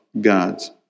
God's